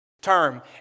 term